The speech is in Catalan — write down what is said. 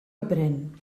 aprén